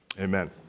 amen